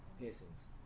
piercings